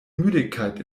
müdigkeit